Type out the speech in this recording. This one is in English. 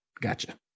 Gotcha